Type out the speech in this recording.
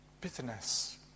bitterness